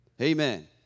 Amen